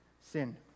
sin